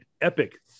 Epic